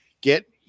Get